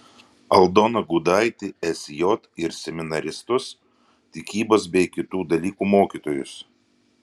aldoną gudaitį sj ir seminaristus tikybos bei kitų dalykų mokytojus